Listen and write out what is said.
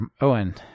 Owen